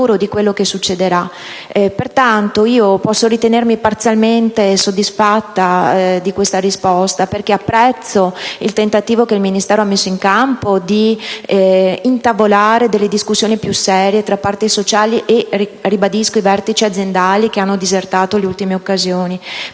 Pertanto, posso ritenermi parzialmente soddisfatta di questa risposta, perché apprezzo il tentativo che il Ministero ha messo in campo di intavolare discussioni più serie tra parti sociali e - ribadisco - i vertici aziendali, che hanno disertato le ultime occasioni.